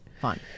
Fun